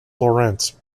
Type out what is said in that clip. laurent